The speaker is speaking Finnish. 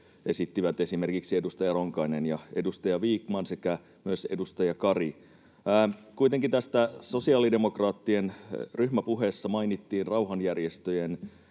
esittivät esimerkiksi edustaja Ronkainen ja edustaja Vikman sekä myös edustaja Kari. Kuitenkin tässä sosiaalidemokraattien ryhmäpuheessa mainittiin rauhanjärjestöjen